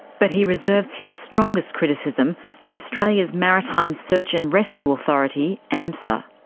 but he reserves his strongest criticism for australia's maritime search and rescue authority, amsa.